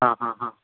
ಹಾಂ ಹಾಂ ಹಾಂ